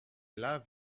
love